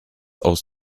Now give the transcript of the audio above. aus